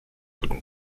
guten